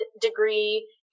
degree